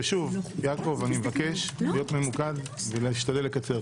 ושוב אני מבקש לקצר.